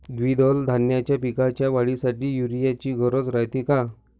द्विदल धान्याच्या पिकाच्या वाढीसाठी यूरिया ची गरज रायते का?